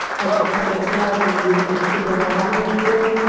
like i said before, can use a supervisory tool,